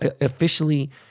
officially